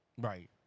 Right